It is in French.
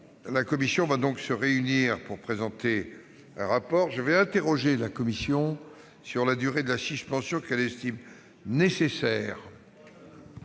La commission va donc se réunir pour présenter un rapport. J'interroge la commission sur la durée de la suspension qu'elle estime nécessaire